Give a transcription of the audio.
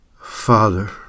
Father